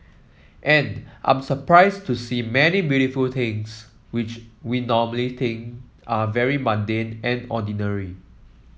and I'm surprised to see many beautiful things which we normally think are very mundane and ordinary